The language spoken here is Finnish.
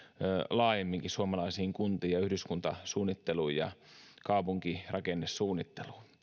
laajemminkin suomalaisiin kuntiin ja yhdyskuntasuunnitteluun ja kaupunkirakennesuunnitteluun